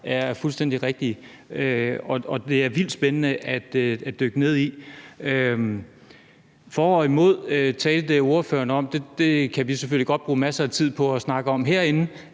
er fuldstændig rigtige, og det er vildt spændende at dykke ned i. Ordføreren talte om det med for og imod, og det kan vi selvfølgelig godt bruge masser af tid på at snakke om herinde,